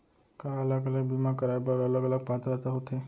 का अलग अलग बीमा कराय बर अलग अलग पात्रता होथे?